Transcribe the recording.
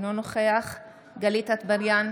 אינו נוכח גלית דיסטל אטבריאן,